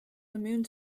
immune